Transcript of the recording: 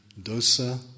dosa